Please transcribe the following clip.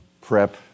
prep